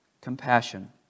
compassion